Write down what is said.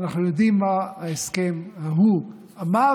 אנחנו יודעים מה ההסכם ההוא אמר: